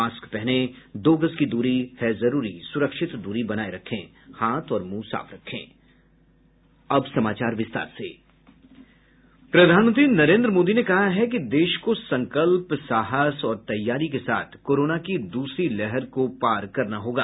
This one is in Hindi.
मास्क पहनें दो गज दूरी है जरूरी सुरक्षित दूरी बनाये रखें हाथ और मुंह साफ रखें प्रधानमंत्री नरेंद्र मोदी ने कहा है कि देश को संकल्प साहस और तैयारी के साथ कोरोना की दूसरी लहर को पार करना होगा